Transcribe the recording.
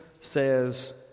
says